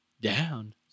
down